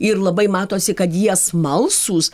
ir labai matosi kad jie smalsūs